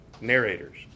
Narrators